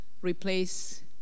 Replace